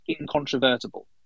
incontrovertible